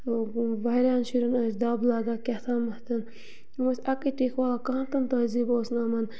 واریاہَن شُری۪ن ٲسۍ دَب لَگان کیٛاہ تھامَتھ یِم ٲسۍ اَکٕے ٹِک والان کانٛہہ تٕنہٕ تہذیٖب اوس نہٕ یِمَن